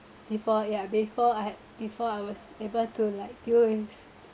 before ya before I before I was able to like deal with